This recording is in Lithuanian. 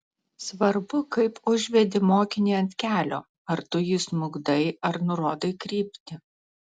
svarbu kaip užvedi mokinį ant kelio ar tu jį smukdai ar nurodai kryptį